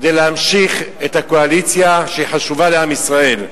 כדי להמשיך את הקואליציה, שהיא חשובה לעם ישראל.